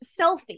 selfie